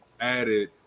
added